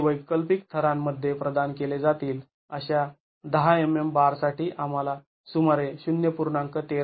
जे वैकल्पिक थरां मध्ये प्रदान केले जातील अशा १० mm बार साठी आम्हाला सुमारे ०